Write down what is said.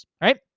right